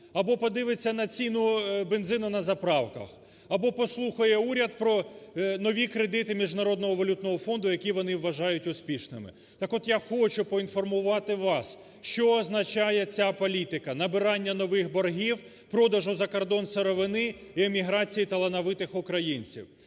або подивиться на ціну бензину на заправках, або послухає уряд про нові кредити Міжнародного валютного фонду, які вони вважають успішними. Так от я хочу поінформувати вас, що означає ця політика набирання нових боргів, продажу закордон сировини і еміграції талановитих українців.